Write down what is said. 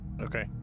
Okay